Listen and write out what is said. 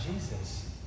jesus